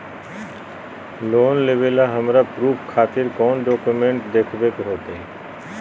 Loan लेबे ला हमरा प्रूफ खातिर कौन डॉक्यूमेंट देखबे के होतई?